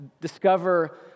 discover